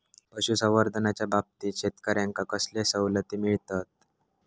पशुसंवर्धनाच्याबाबतीत शेतकऱ्यांका कसले सवलती मिळतत?